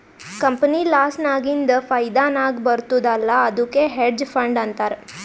company loss ನಾಗಿಂದ್ ಫೈದಾ ನಾಗ್ ಬರ್ತುದ್ ಅಲ್ಲಾ ಅದ್ದುಕ್ ಹೆಡ್ಜ್ ಫಂಡ್ ಅಂತಾರ್